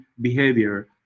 behavior